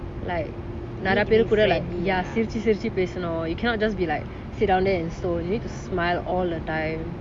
like நெறய பெரு கூட நல்ல சிரிச்சி சிரிச்சி பேசணும்:neraya peru kuda nalla sirichi sirichi peasanum personal you cannot just be like sit down there and stone you need to smile all the time